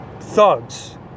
thugs